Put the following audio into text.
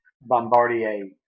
Bombardier